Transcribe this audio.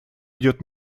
идет